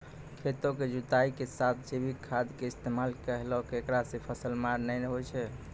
खेतों के जुताई के साथ जैविक खाद के इस्तेमाल करहो ऐकरा से फसल मार नैय होय छै?